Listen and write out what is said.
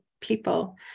people